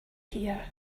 here